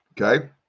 Okay